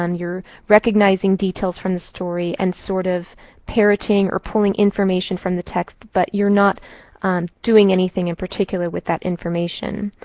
um you're recognizing details from the story and sort of parroting or pulling information from the text, but you're not doing anything in particular with that information.